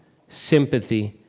sympathy,